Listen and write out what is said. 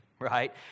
right